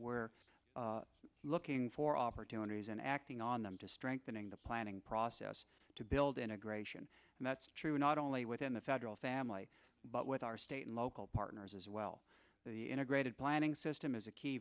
where looking for opportunities and acting on them to strengthening the planning process to build integration and that's true not only within the federal family but with our state and local partners as well the integrated planning system is a key